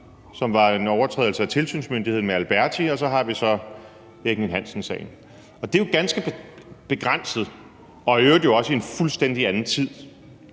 som var en overtrædelse af tilsynsmyndigheden med Alberti, og så har vi så Erik Ninn-Hansen-sagen. Det er jo ganske begrænset og i øvrigt jo også i en fuldstændig anden tid.